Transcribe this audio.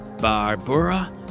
barbara